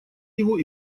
его